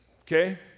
Okay